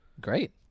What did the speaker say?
Great